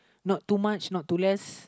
not too much not too less